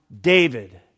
David